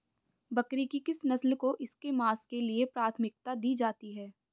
बकरी की किस नस्ल को इसके मांस के लिए प्राथमिकता दी जाती है?